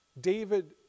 David